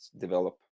develop